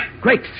Great